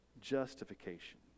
justification